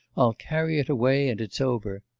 i'll carry it away, and it's over.